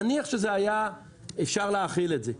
נניח שזה היה אפשר להכיל את זה,